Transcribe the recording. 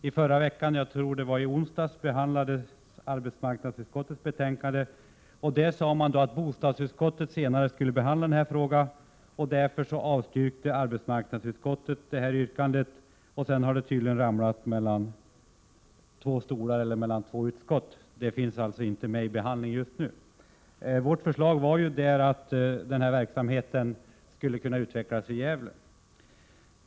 I förra veckan — jag tror det var i onsdags — behandlades ett betänkande från arbetsmarknadsutskottet, vari det sades att bostadsutskottet senare skulle behandla frågan och att arbetsmarknadsutskottet därför avstyrkte förslaget. Sedan har tydligen yrkandet ramlat mellan två stolar, dvs. mellan två utskott, och finns inte med i behandlingen just nu. Vårt förslag var att verksamheten skulle kunna utvecklas i Gävle.